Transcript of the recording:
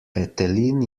petelin